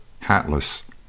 hatless